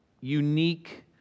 unique